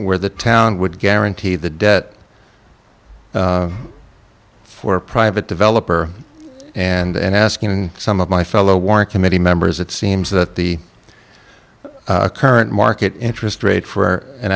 where the town would guarantee the debt for a private developer and asking and some of my fellow warren committee members it seems that the current market interest rate for an